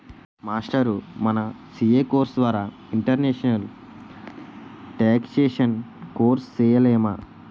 మాస్టారూ మన CA course ద్వారా ఇంటర్నేషనల్ టేక్సేషన్ కోర్సు సేయలేమా